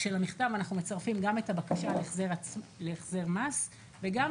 כשלמכתב אנחנו מצרפים גם את הבקשה להחזר מס וגם